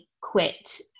quit